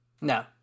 No